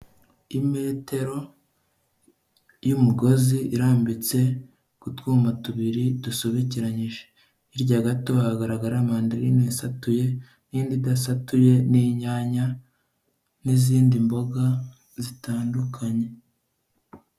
Imetero y'umugozi irambitse ku twuma tubiri dusobekeranyije, hirya gato hagaragara mandarena isatuye n'indi idasatuye n'inyanya n'izindi mboga zitandukanye.